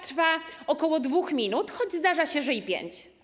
trwa ok. 2 minut, choć zdarza się, że i 5.